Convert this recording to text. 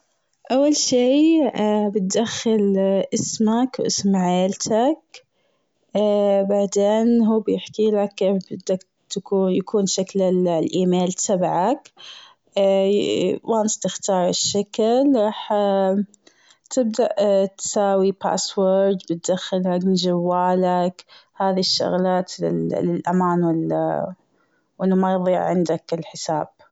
أول شي بتدخل اسمك واسم عيلتك. بعدين هو بيحكي لك كيف بدك يكون شكل الايميل تبعك. once تختار الشكل رح تبدأ تساوي password بتدخل رقم جوالك. هذي الشغلات ل- للآمان و إنه ما يضيع عندك الحساب.